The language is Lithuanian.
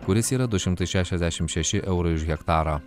kuris yra du šimtai šešiasdešim šeši eurai už hektarą